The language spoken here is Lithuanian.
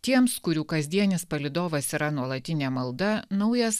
tiems kurių kasdienis palydovas yra nuolatinė malda naujas